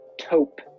taupe